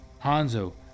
Hanzo